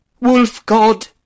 Wolf-God